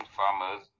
farmers